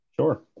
Sure